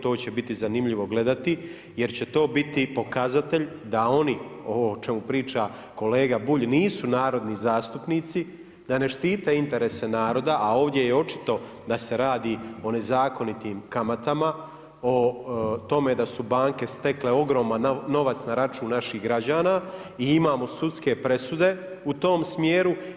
To će biti zanimljivo gledati, jer će to biti pokazatelj da oni ovo o čemu priča kolega Bulj nisu narodni zastupnici, da ne štite interese naroda a ovdje je očito da se radi o nezakonitim kamatama, o tome da su banke stekle ogroman novac na račun naših građana i imamo sudske presude u tom smjeru.